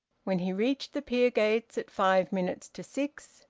when he reached the pier gates at five minutes to six,